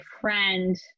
friend